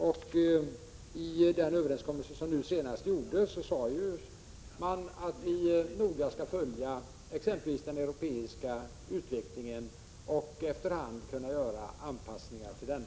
Vid den senaste överenskommelsen sades det också att man noga skall följa exempelvis den europeiska utvecklingen, så att det efter hand kan göras anpassningar till denna.